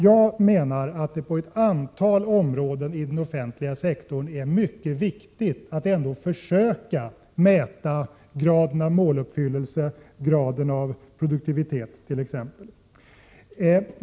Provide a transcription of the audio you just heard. Jag menar att det på ett antal områden i den offentliga sektorn är mycket viktigt att ändå försöka mäta graden av måluppfyllelse, och där ingår också produktiviteten.